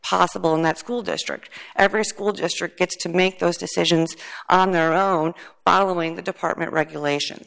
possible in that school district every school district gets to make those decisions on their own following the department regulation